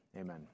Amen